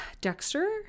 dexter